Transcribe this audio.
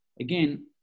Again